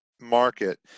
market